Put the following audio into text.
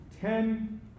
ten